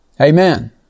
Amen